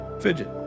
Fidget